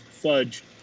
Fudge